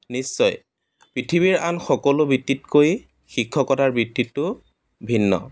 নিশ্চয় পৃথিৱীৰ আন সকলো বৃত্তিতকৈ শিক্ষকতাৰ বৃত্তিটো ভিন্ন